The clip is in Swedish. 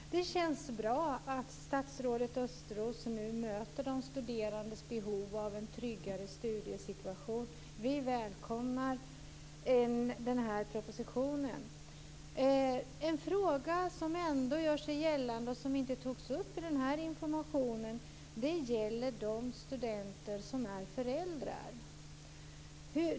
Fru talman! Det känns bra att statsrådet Östros nu möter de studerandes behov av en tryggare studiesituation. Vi välkomnar den här propositionen. En fråga som gör sig gällande men som inte togs upp i den här informationen är de studenter som är föräldrar.